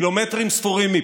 קילומטרים ספורים מפה,